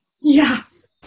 Yes